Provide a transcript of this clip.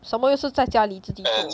some more 又是在家里自己读